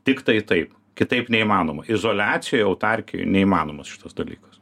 tiktai taip kitaip neįmanoma izoliacijoj autarkijoj neįmanomas šitas dalykas